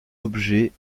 objets